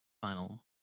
final